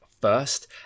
first